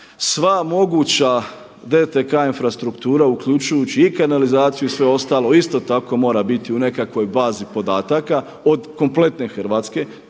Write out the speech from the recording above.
sva moguća DTK infrastruktura uključujući i kanalizaciju i sve ostalo isto tako mora biti u nekakvoj bazi podataka od kompletne Hrvatske.